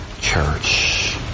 church